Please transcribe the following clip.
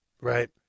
Right